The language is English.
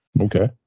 okay